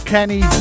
Kenny